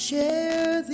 Share